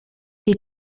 die